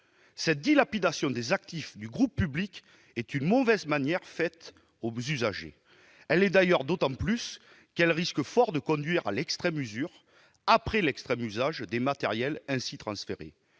Cette dilapidation des actifs du groupe public est une mauvaise manière faite aux usagers, et ce d'autant plus qu'elle risque fort de conduire à l'extrême usure, après l'extrême usage des matériels ainsi transférés.